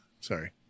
sorry